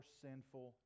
sinful